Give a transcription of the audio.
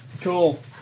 Cool